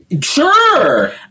Sure